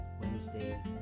Wednesday